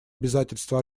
обязательства